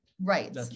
Right